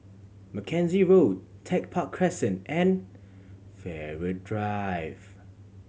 Mackenzie Road Tech Park Crescent and Farrer Drive